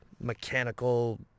mechanical